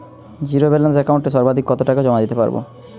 Zero balance একাউন্টে সর্বাধিক কত টাকা জমা দিতে পারব?